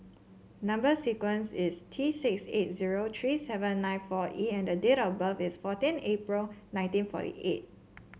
number sequence is T six eight zero three seven nine four E and the date of birth is fourteen April nineteen forty eight